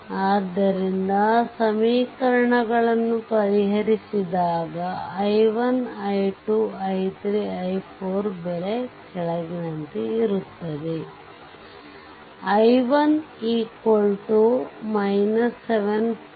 ಆದ್ದರಿಂದ 4 ಸಮೀಕರಣಗಳನ್ನು ಪರಿಹರಿಸಿದಾಗ i1 i2 i3 i4 ಬೆಲೆ ಕೆಳಗಿನಂತೆ ಇರುತ್ತದೆ i1 7